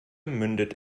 mündet